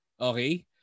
okay